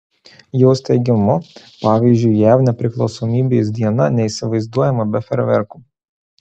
jos teigimu pavyzdžiui jav nepriklausomybės diena neįsivaizduojama be fejerverkų